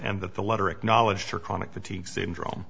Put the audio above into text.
and that the letter acknowledged her chronic fatigue syndrome